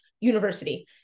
university